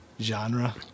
genre